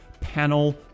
panel